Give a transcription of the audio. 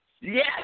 Yes